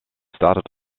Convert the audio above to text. started